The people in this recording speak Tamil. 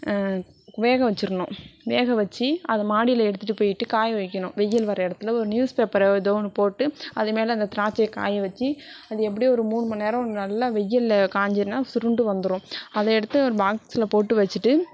வேக வச்சிடணும் வேக வச்சு அதை மாடியில் எடுத்துட்டு போயிட்டு காய வைக்கணும் வெயில் வர இடத்துல ஒரு நியூஸ் பேப்பரோ எதோ ஒன்று போட்டு அது மேல் இந்த திராட்சையை காய வச்சு அது எப்படியும் ஒரு மூணு மணிநேரம் நல்ல வெயிலில் காஞ்சிதுன்னா சுருண்டு வந்துடும் அதை எடுத்து ஒரு பாக்ஸில் போட்டு வச்சுட்டு